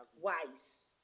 wise